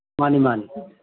ꯃꯥꯅꯤ ꯃꯥꯅꯤ